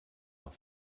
nach